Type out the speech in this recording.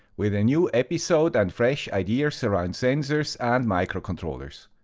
with a new episode and fresh ideas around sensors and microcontrollers.